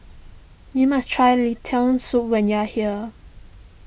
you must try Lentil Soup when you are here